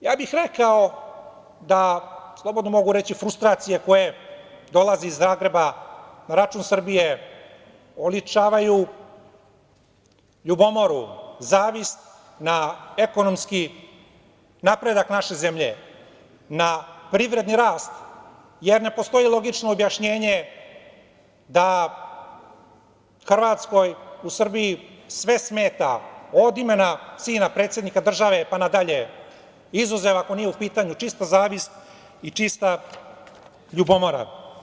Rekao bih da, slobodno mogu reći, frustracije koje dolaze iz Zagreba na račun Srbije, oličavaju ljubomoru, zavist na ekonomski napredak naše zemlje, na privredni rast, jer ne postoji logično objašnjenje da Hrvatskoj u Srbiji sve smeta, od imena sina predsednika države, pa na dalje, izuzev ako nije u pitanju čista zavist i čista ljubomora.